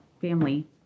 Family